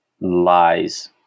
lies